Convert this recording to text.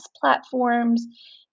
platforms